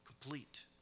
complete